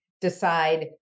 decide